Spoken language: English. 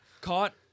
caught